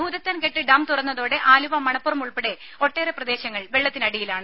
Bhoothathankettu dam തുറന്നതോടെ ആലുവ മണപ്പുറം ഉൾപ്പെടെ ഒട്ടേറെ പ്രദേശങ്ങൾ വെള്ളത്തിനിടിയിലാണ്